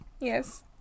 Yes